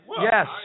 Yes